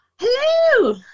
Hello